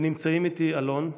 ונמצאים איתי אלון,